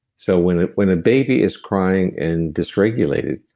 so when when a baby is crying and dysregulated,